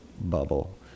bubble